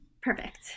Perfect